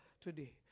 today